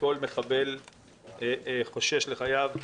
כשכל מחבל חושש לחייו.